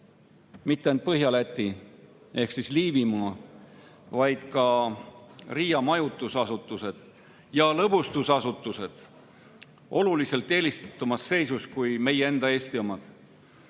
mitte ainult Põhja-Läti ehk Liivimaa, vaid ka Riia majutusasutused ja lõbustusasutused oluliselt eelistatumas seisus kui meie enda, Eesti omad.